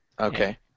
Okay